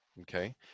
Okay